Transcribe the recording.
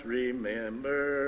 remember